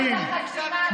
אתכם.